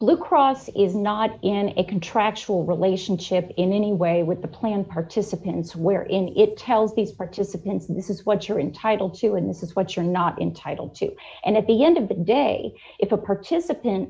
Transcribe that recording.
blue cross is not in a contractual relationship in any way with the plan participants where in it tells these participants this is what you're entitled to and this is what you're not entitle to and at the end of the day if a participant